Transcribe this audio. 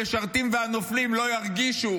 המשרתים והנופלים לא ירגישו